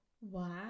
Wow